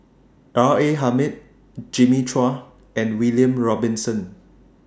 R A Hamid Jimmy Chua and William Robinson